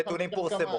הנתונים פורסמו.